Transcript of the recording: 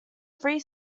three